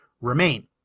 Remain